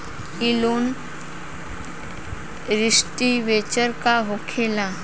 ई loan restructure का होखे ला?